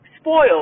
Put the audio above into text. spoiled